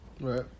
Right